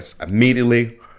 immediately